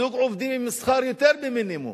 זוג עובדים עם שכר יותר ממינימום,